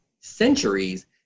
centuries